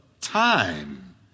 time